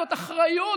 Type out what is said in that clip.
זאת אחריות,